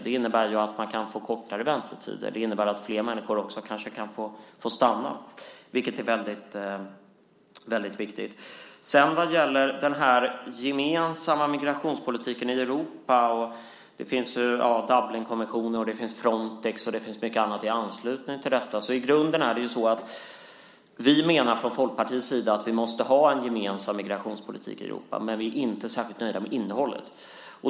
Det innebär att man kan få kortare väntetider och att flera människor kanske också kan få stanna, vilket är väldigt viktigt. Vad gäller den gemensamma migrationspolitiken i Europa finns Dublinkonventionen, Frontex och mycket annat i anslutning till detta. I grunden menar vi från Folkpartiets sida att vi måste ha en gemensam migrationspolitik i Europa. Men vi är inte särskilt nöjda med innehållet.